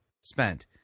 spent